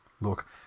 look